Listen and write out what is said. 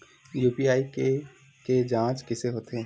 UPI के के जांच कइसे होथे?